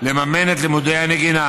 לממן את לימודי הנגינה.